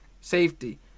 Safety